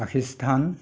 Pakistan